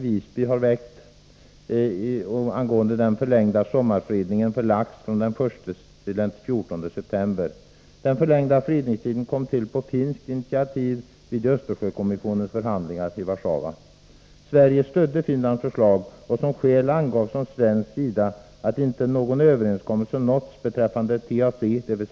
Jag yrkar därför bifall till reservation nr 2.